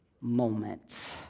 moment